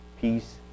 peace